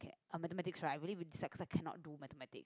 a mathematics right I really dislike 'cause I cannot do mathematics